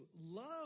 love